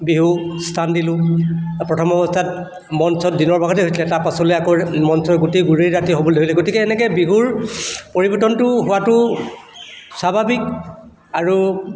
বিহুক স্থান দিলোঁ প্ৰথম অৱস্থাত মঞ্চত দিনৰ ভাগতে হৈছিলে তাৰপাছলৈ আকৌ মঞ্চৰ গোটেই গোটেই ৰাতিয়ে হ'বলৈ ধৰিলে গতিকে এনেকৈ বিহুৰ পৰিৱৰ্তনটো হোৱাতো স্বাভাৱিক আৰু